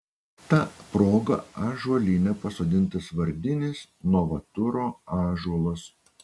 ta proga ąžuolyne pasodintas vardinis novaturo ąžuolas